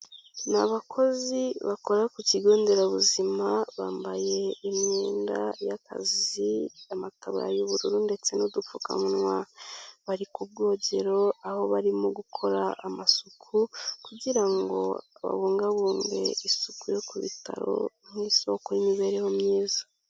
Ni abakozi bakora ku kigo nderabuzima, bambaye imyenda y'akazi, amataburiya y'ubururu ndetse n'udupfukamunwa, bari ku bwogero, aho barimo gukora amasuku kugira ngo babungabunge isuku yo ku bitaro nk'isoko y'imibereho myiza.